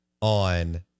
on